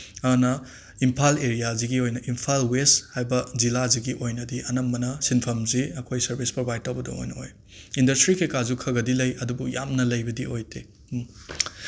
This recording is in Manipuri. ꯑꯗꯨꯅ ꯏꯝꯐꯥꯜ ꯑꯦꯔꯤꯌꯥꯁꯤꯒꯤ ꯑꯣꯏꯅ ꯏꯝꯐꯥꯜ ꯋꯦꯁ ꯍꯥꯏꯕ ꯖꯤꯂꯥꯁꯤꯒꯤ ꯑꯣꯏꯅꯗꯤ ꯑꯅꯝꯕ ꯁꯤꯟꯐꯝꯁꯤ ꯑꯩꯈꯣꯏ ꯁꯔꯚꯤꯁ ꯄ꯭ꯔꯣꯚꯥꯏꯠ ꯇꯧꯕꯗ ꯑꯣꯏꯅ ꯑꯣꯏ ꯏꯟꯗꯁꯇ꯭ꯔꯤ ꯀꯩꯀꯥꯁꯨ ꯈꯔ ꯈꯔꯗꯤ ꯂꯩ ꯑꯗꯨꯕꯨ ꯌꯥꯝꯅ ꯂꯩꯕꯗꯤ ꯑꯣꯏꯗꯦ